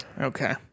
Okay